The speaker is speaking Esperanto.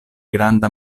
granda